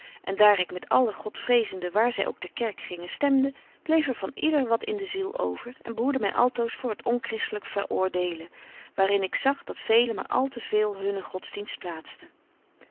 en daar ik met alle godvrezenden waar zy ook ter kerk gingen stemde bleef er van yder wat in de ziel over en behoedde my altoos voor het onchristelyk veröordelen waar in ik zag dat velen maar al te veel hunnen godsdienst plaatsten